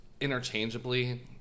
interchangeably